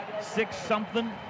Six-something